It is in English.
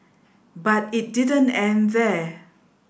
but it didn't end there